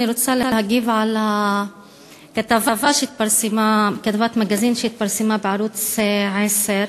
אני רוצה להגיב על כתבת "המגזין" שהתפרסמה בערוץ 10,